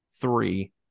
three